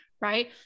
right